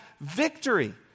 victory